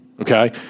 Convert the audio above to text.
Okay